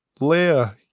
leia